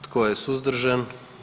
Tko je suzdržan?